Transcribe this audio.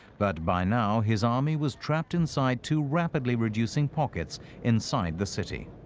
but by now, his army was trapped inside two rapidly reducing pockets inside the city.